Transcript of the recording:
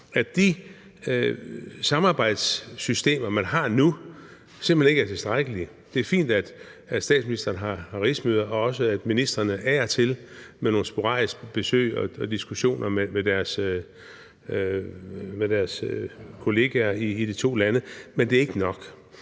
at de samarbejdssystemer, man har nu, simpelt hen ikke er tilstrækkelige. Det er fint, at statsministeren har rigsmøder, og også at ministrene af og til har nogle sporadiske besøg og diskussioner med deres kollegaer i de to lande, men det er ikke nok.